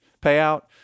payout